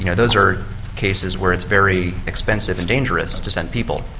you know those are cases where it's very expensive and dangerous to send people,